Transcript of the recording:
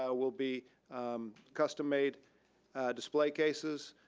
ah will be custom made display cases,